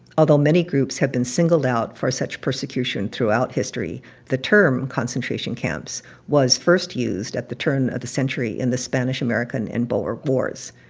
although many groups have been singled out for such persecution throughout history, the term concentration camps was first used at the turn of the century in the spanish american and boer wars.